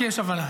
כי יש הבנה,